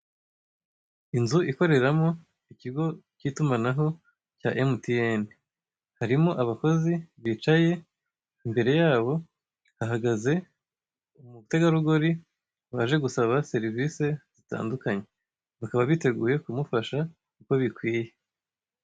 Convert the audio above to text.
Inzu ikoreramo ikigo k'itumanaho cya emutiyeni. Harimo abakozi bicaye, imbere yabo hahagaze umutegarugori waje gusaba serivise zitandukanye; bakaba biteguye kumufasha uko bikwiye.